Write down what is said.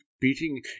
beating